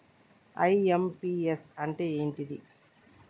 IMPS అంటే ఏంటిది?